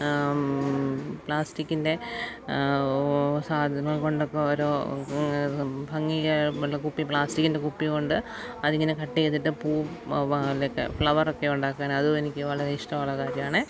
പ്ലാസ്റ്റിക്കിൻ്റെ സാധനങ്ങൾ കൊണ്ടൊക്കെ ഓരോ ഭംഗിയിൽ പിന്നെ കുപ്പി പ്ലാസ്റ്റിക്കിൻ്റെ കുപ്പി കൊണ്ട് അതിങ്ങനെ കട്ട് ചെയ്തിട്ട് പൂ പോലെയൊക്കെ ഫ്ലവറൊക്കെ ഉണ്ടാക്കാനതും എനിക്കു വളരെ ഇഷ്ടമുള്ള കാര്യമാണ്